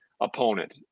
opponent